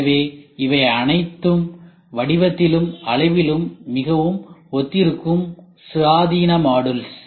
எனவே இவை அனைத்தும் வடிவத்திலும் அளவிலும் மிகவும் ஒத்திருக்கும் சுயாதீன மாடுல்ஸ்